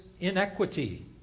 inequity